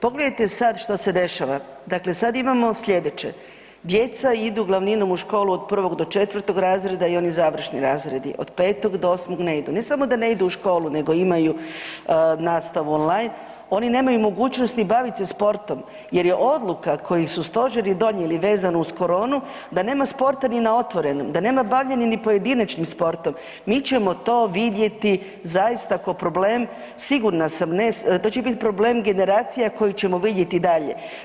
Pogledajte sad što se dešava, dakle sad imamo slijedeće, djeca idu glavninom u školu od 1. do 4. razreda i oni završni razredi, od 5. do 8. ne idu, ne samo da ne idu u školu nego imaju nastavu online, oni nemaju mogućnosti ni bavit se sportom jer je odluka koju su stožeri donijeli vezanu uz koronu da nema sporta ni na otvorenom, da nema ni bavljenja ni pojedinačnim sportom, mi ćemo to vidjeti zaista ko problem, sigurna sam to će bit problem generacija koje ćemo vidjeti dalje.